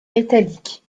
métallique